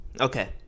Okay